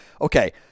okay